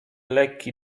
lekki